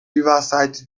riverside